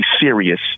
serious